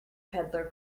peddler